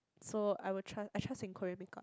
so I will trust I trust in Korean make up